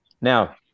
Now